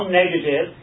negative